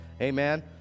Amen